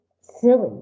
silly